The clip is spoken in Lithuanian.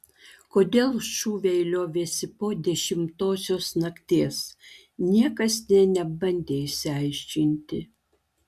kodėl šūviai liovėsi po dešimtosios nakties niekas nė nebandė išsiaiškinti